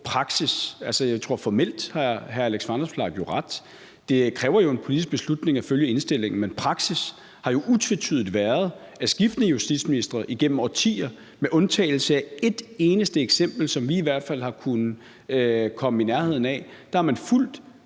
praksis, og jeg tror, at formelt har hr. Alex Vanopslagh jo ret. Det kræver en politisk beslutning at følge indstillingen, men praksis har jo utvetydigt været, at man under skiftende justitsministre igennem årtier, med undtagelse af et eneste eksempel, som vi hvert fald har kunnet komme i nærheden af, har fulgt